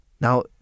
Now